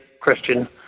Christian